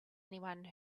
anyone